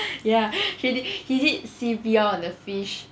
ya he did he did C_P_R on the fish